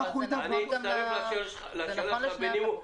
זה נכון לשני המצבים.